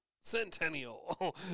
Centennial